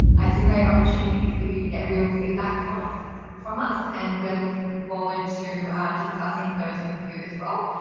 ah it's a great opportunity for you to get real feedback from from us and we're looking forward to discussing those with you as well.